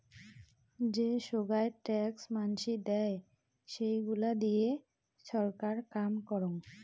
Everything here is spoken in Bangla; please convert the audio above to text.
যে সোগায় ট্যাক্স মানসি দেয়, সেইগুলা দিয়ে ছরকার কাম করং